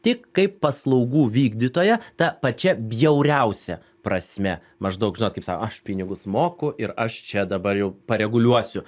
tik kaip paslaugų vykdytoją ta pačia bjauriausia prasme maždaug žinot kaip sako aš pinigus moku ir aš čia dabar jau pareguliuosiu